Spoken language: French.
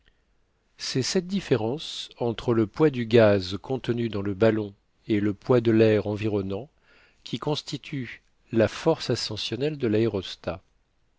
c'est cette différence entre le poids du gaz contenu dans le ballon et le poids de l'air environnant qui constitue la force ascensionnelle de l'aérostat